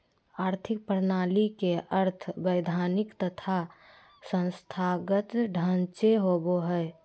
आर्थिक प्रणाली के अर्थ वैधानिक तथा संस्थागत ढांचे होवो हइ